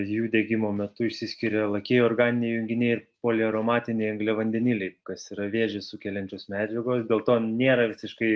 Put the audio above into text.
jų degimo metu išsiskiria lakieji organiniai junginiai ir poliaromatiniai angliavandeniliai kas yra vėžį sukeliančios medžiagos dėl to nėra visiškai